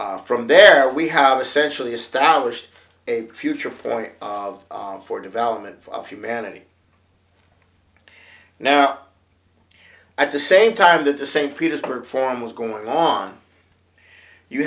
then from there we have essentially established a future point of for development of humanity now at the same time that the st petersburg forum was going on you